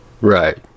Right